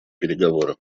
переговоры